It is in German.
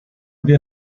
wir